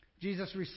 Jesus